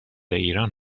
ایران